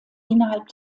innerhalb